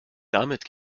damit